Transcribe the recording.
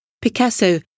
Picasso